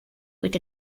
with